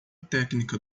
técnica